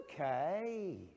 okay